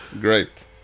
great